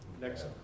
next